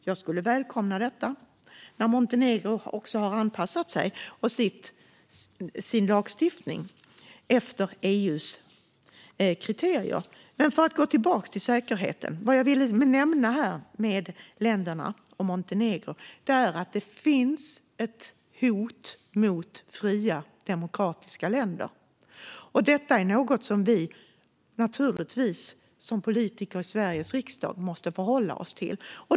Jag skulle välkomna detta, när Montenegro har anpassat sin lagstiftning efter EU:s kriterier. Men för att gå tillbaka till säkerheten ville jag i samband med dessa länder och Montenegro nämna att det finns ett hot mot fria, demokratiska länder. Detta är något som vi som politiker i Sveriges riksdag naturligtvis måste förhålla oss till.